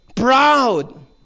Proud